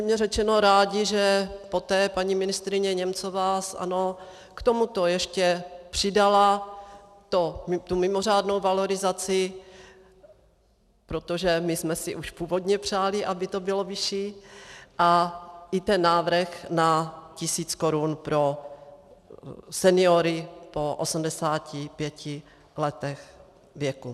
Upřímně řečeno jsme rádi, že poté paní ministryně Němcová z ANO k tomuto ještě přidala tu mimořádnou valorizaci, protože my jsme si už původně přáli, aby to bylo vyšší, a i ten návrh na tisíc korun pro seniory po 85 letech věku.